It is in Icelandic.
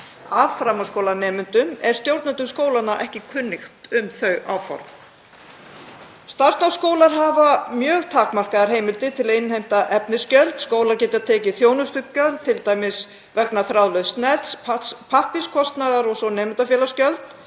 af framhaldsskólanemendum er stjórnendum skólanna ekki kunnugt um þau áform. Starfsnámsskólar hafa mjög takmarkaðar heimildir til að innheimta efnisgjöld. Skólar geta tekið þjónustugjöld, t.d. vegna þráðlauss nets, pappírskostnaðar, og svo nemendafélagsgjöld.